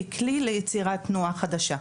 ככלי ליצירת תנועה חדשה.